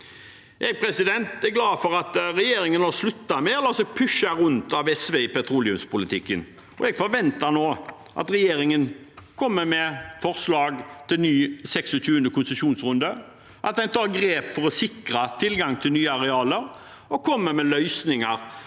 Jeg er glad for at regjeringen nå slutter med å la seg pushe rundt av SV i petroleumspolitikken, og jeg forventer nå at regjeringen kommer med forslag til ny 26. konsesjonsrunde, at en tar grep for å sikre tilgang til nye arealer, og at en kommer med løsninger